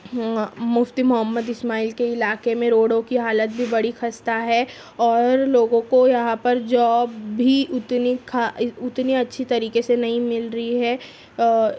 مفتی محمد اسماعیل کے علاقے میں روڈوں کی حالت بھی بڑی خستہ ہے اور لوگوں کو یہاں پر جاب بھی اتنی کھا اتنی اچھی طریقے سے نہیں مل رہی ہے